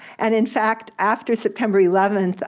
and in fact, after september eleven,